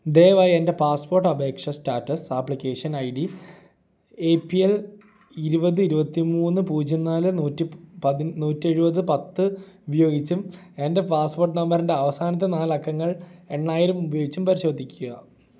ദയവായി എൻ്റ പാസ്പോർട്ട് അപേക്ഷാ status application I D A P L ഇരുപത് ഇരുപത്തിമൂന്ന് പൂജ്യം നാല് നൂറ്റി നൂറ്റി എഴുപത് പത്ത് ഉപയോഗിച്ചും എൻ്റ പാസ്പോർട്ട് നമ്പർൻ്റെ അവസാനത്തെ നാലക്കങ്ങൾ എണ്ണായിരം ഉപയോഗിച്ചും പരിശോധിക്കുക